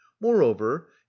moreover